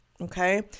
Okay